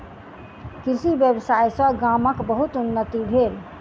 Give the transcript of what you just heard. कृषि व्यवसाय सॅ गामक बहुत उन्नति भेल